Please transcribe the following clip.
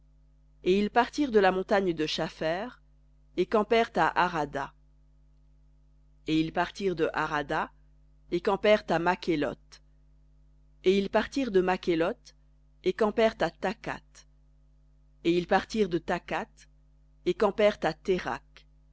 et ils partirent de la montagne de shapher et campèrent à ar et ils partirent de harada et campèrent à malo et ils partirent de makhéloth et campèrent à tk et ils partirent de thakhath et campèrent à